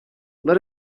let